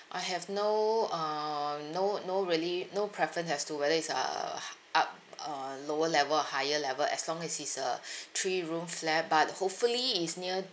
I have no uh no no really no preference as to whether it's uh h~ up uh lower level or higher level as long as it's a three room flat but hopefully it's near